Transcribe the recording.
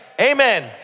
Amen